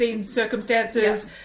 circumstances